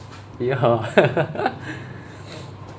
ya